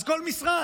אז כל משרד